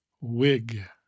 wig